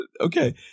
okay